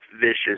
vicious